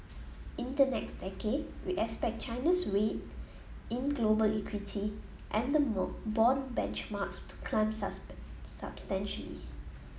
in the next decade we expect China's weight in global equity and bond benchmarks to climb substantially